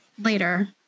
later